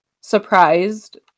surprised